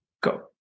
go